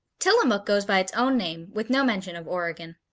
tillamook goes by its own name with no mention of oregon.